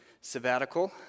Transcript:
sabbatical